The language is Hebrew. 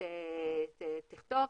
תכתוב,